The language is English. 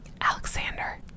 alexander